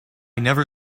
never